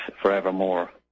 forevermore